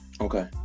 Okay